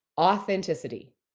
authenticity